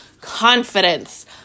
confidence